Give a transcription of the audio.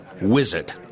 wizard